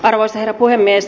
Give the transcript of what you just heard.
arvoisa herra puhemies